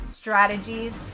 strategies